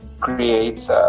creates